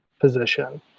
position